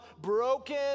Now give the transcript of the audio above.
broken